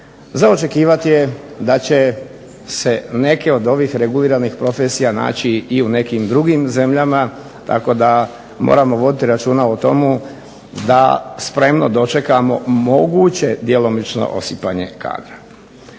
za očekivati je da će se neke od ovih reguliranih profesija naći i u nekim drugim zemljama, tako da moramo voditi računa o tomu da spremno dočekamo moguće djelomično osipanje kadra.